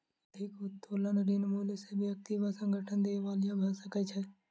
अधिक उत्तोलन ऋण मूल्य सॅ व्यक्ति वा संगठन दिवालिया भ सकै छै